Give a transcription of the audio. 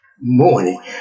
morning